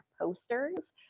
posters